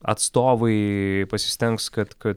atstovaai pasistengs kad kad